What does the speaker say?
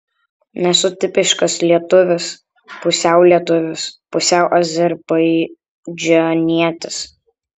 nesu tipiškas lietuvis pusiau lietuvis pusiau azerbaidžanietis